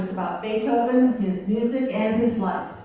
beethoven, his music, and his life.